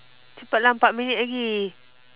cepat lah empat minit lagi